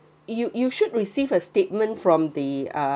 you you should receive a statement from the uh